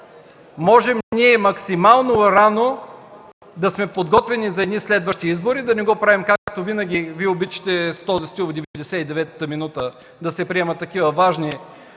можем максимално рано да сме подготвени за едни следващи избори, да не го правим както винаги. Вие обичате този стил в 99-ата минута да се приемат такива важни